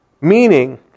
Meaning